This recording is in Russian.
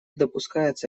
допускается